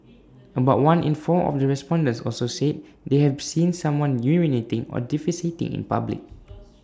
about one in four of the respondents also said they have seen someone urinating or defecating in public